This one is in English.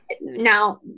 Now